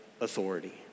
authority